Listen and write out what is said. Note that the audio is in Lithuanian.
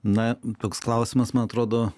na toks klausimas man atrodo